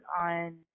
on